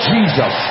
Jesus